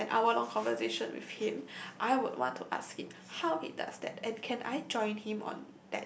have an hour of conversation with him I would want to ask it how it does that and can I join him on